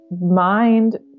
mind